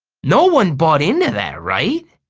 no one bought into that, right?